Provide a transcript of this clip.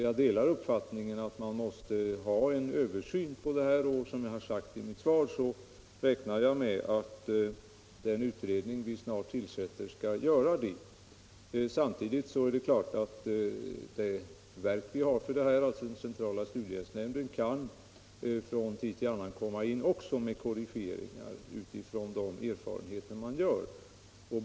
Jag delar uppfattningen att man måste göra en översyn här, och som jag sagt i mitt svar räknar jag med att den utredning vi snart tillsätter skall göra en sådan översyn. Samtidigt är det klart att det verk som vi har för ändamålet, centrala studiehjälpsnämnden, från tid till annan också kan komma in med korrigeringar utifrån de erfarenheter man gör.